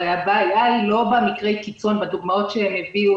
הרי הבעיה היא לא במקרי הקיצון בדוגמאות שהם הביאו